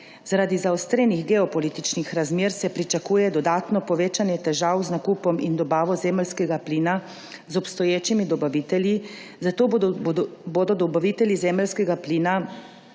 Zaradi zaostrenih geopolitičnih razmer se pričakuje dodatno povečanje težav z nakupom in dobavo zemeljskega plina z obstoječimi dobavitelji, zato bodo dobavitelji zemeljskega plina